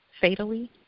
fatally